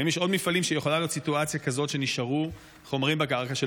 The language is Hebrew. האם יש עוד מפעלים שבהם יכולה להיות סיטואציה כזאת שנשארו חומרים בקרקע,